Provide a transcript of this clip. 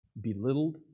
belittled